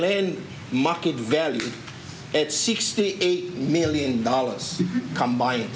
land market value at sixty eight million dollars combine